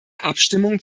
abstimmung